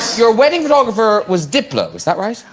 your wedding photographer was diplo. is that right?